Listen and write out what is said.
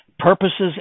Purposes